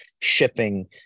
shipping